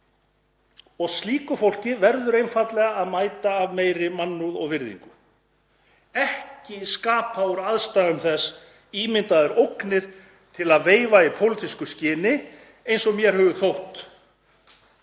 og slíku fólki verður einfaldlega að mæta af meiri mannúð og virðingu, ekki skapa úr aðstæðum þess ímyndaðar ógnir til að veifa í pólitísku skyni, eins og mér hefur þótt